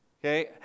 Okay